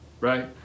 right